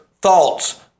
thoughts